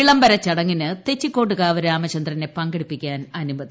വിളംബര ചടങ്ങിന് തെച്ചിക്കോട്ടുകാവ് രാമചന്ദ്ര്യ്ക്ക് പ്ർങ്കെടുപ്പിക്കാൻ അനുമതി